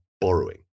borrowing